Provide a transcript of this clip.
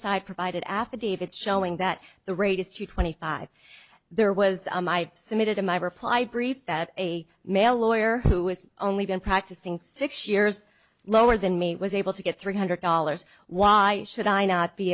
side provided affidavits showing that the radius to twenty five there was i submitted in my reply brief that a male lawyer who is only been practicing six years lower than me was able to get three hundred dollars why should i not be